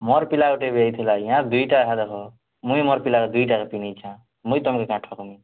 ମୋର୍ ପିଲା ଗୋଟେ ବି ହେଇଥିଲା ଆଜ୍ଞା ଦୁଇଟା ଯାକ ଦେଖ ମୁଇଁ ମୋର୍ ପିଲା ଦୁଇଟାଯାକ କିଣିଛେ ମୁଇଁ ତୁମକୁ କାଁଏ ଠକିବି